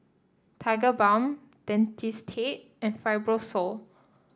Tigerbalm Dentiste and Fibrosol